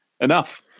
enough